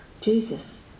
Jesus